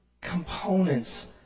components